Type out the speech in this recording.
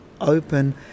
open